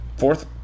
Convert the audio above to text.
fourth